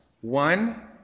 one